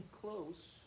close